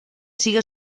sigue